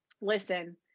listen